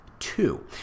Two